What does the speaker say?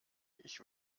ich